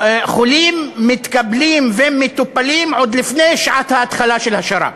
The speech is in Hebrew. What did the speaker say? חולים מתקבלים ומטופלים עוד לפני שעת ההתחלה של השר"פ,